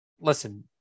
listen